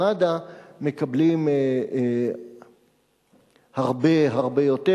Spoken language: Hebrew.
במד"א מקבלים הרבה הרבה יותר,